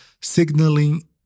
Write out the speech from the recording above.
signaling